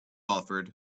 offered